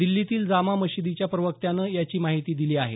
दिछीतील जामा मशिदीच्या प्रवक्त्यानं याची माहिती दिली आहे